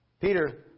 peter